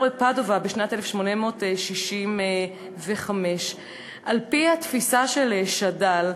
בפדובה בשנת 1865. על-פי התפיסה של שד"ל,